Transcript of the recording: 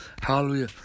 hallelujah